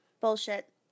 Bullshit